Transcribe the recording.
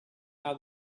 how